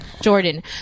Jordan